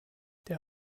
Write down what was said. der